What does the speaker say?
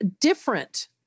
Different